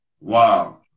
Wow